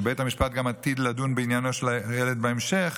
ובית המשפט גם עתיד לדון בעניינו של הילד בהמשך,